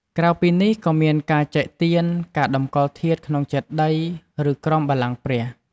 ក្រៅពីនេះ ក៏មានការចែកទាន ការតម្កល់ធាតុក្នុងចេតិយ ឬក្រោមបល្ល័ង្គព្រះ។